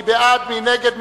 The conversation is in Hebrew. מי נגד?